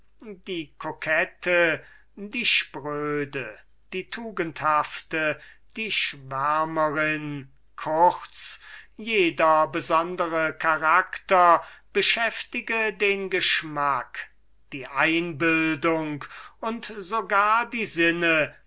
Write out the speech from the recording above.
die kokette die spröde die tugendhafte die andächtige kurz jeder besondere charakter beschäftige den geschmack die einbildung und so gar die sinnen